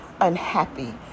unhappy